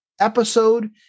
episode